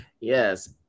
Yes